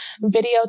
video